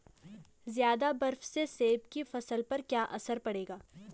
ज़्यादा बर्फ से सेब की फसल पर क्या असर पड़ेगा?